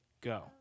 go